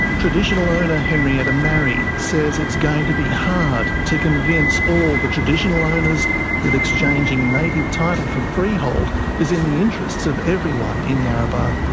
traditional owner henrietta marrie says it's going to be hard to convince all the traditional owners that exchanging native title for freehold is in the interests of everyone in yarrabah.